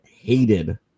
hated